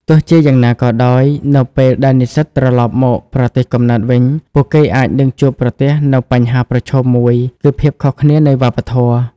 ទោះជាយ៉ាងណាក៏ដោយ នៅពេលដែលនិស្សិតត្រឡប់មកប្រទេសកំណើតវិញ ពួកគេអាចនឹងជួបប្រទះនូវបញ្ហាប្រឈមមួយគឺភាពខុសគ្នានៃវប្បធម៌ ។